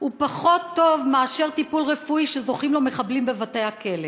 הוא פחות טוב מאשר טיפול רפואי שזוכים לו מחבלים בבתי-הכלא.